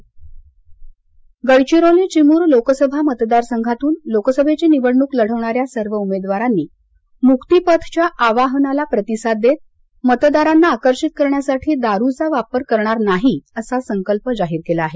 दारूम्क्त निवडण्क गडचिरोली चिमूर लोकसभा मतदारसंघातून लोकसभेची निवडणूक लढविणाऱ्या सर्व उमेदवारांनी मुक्तिपथ च्या आवाहनाला प्रतिसाद देत मतदारांना प्रभावित करण्यासाठी दारूचा वापर करणार नाही असा संकल्प जाहीर केला आहे